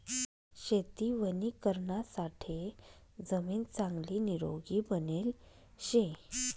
शेती वणीकरणासाठे जमीन चांगली निरोगी बनेल शे